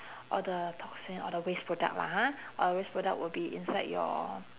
all the toxin all the waste product lah ha all waste product will be inside your